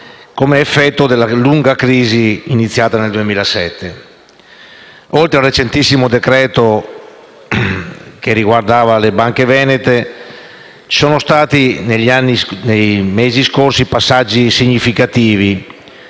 come effetto della lunga crisi iniziata nel 2007. Oltre al recentissimo decreto-legge che riguardava le banche venete, ci sono stati nei mesi scorsi passaggi significativi